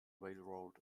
railroad